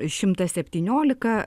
šimtas septyniolika